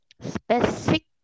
specific